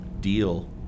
deal